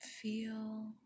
Feel